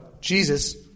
Jesus